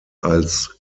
als